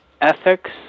Ethics